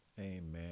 Amen